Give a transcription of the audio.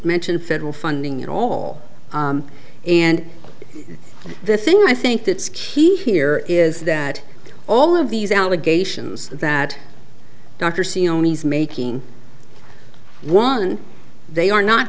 mention federal funding at all and the thing i think that's key here is that all of these allegations that dr c oni's making one they are not